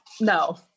no